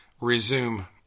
Resume